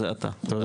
זה אתה,